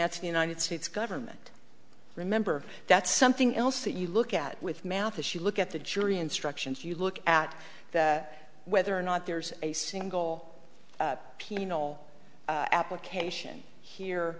that's the united states government remember that's something else that you look at with mathis you look at the jury instructions you look at whether or not there's a single penal application here